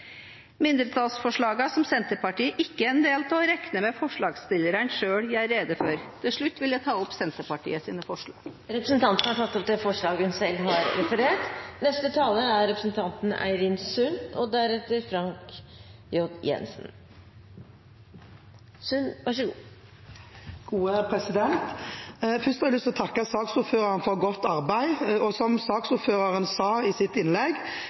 Mindretallsforslag som Senterpartiet ikke er en del av, regner jeg med at forslagsstillerne selv gjør rede for. Til slutt vil jeg ta opp de forslagene Senterpartiet er medforslagsstiller til og det forslaget vi står alene om. Representanten Greni har tatt opp de forslagene hun refererte til. Først har jeg lyst til å takke saksordføreren for godt arbeid. Som saksordføreren sa i sitt innlegg,